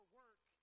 work